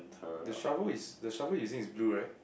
the shovel is the shovel he's using is blue right